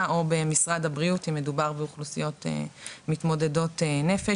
או במשרד הבריאות אם מדובר באוכלוסיות מתמודדות נפש.